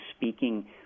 speaking